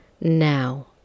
Now